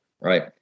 right